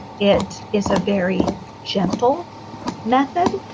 it is a very gentle method.